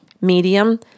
medium